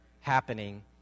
happening